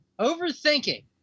overthinking